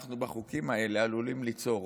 בחוקים האלה אנחנו עלולים ליצור